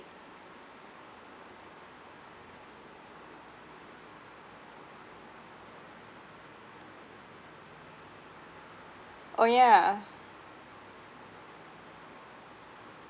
oh yeah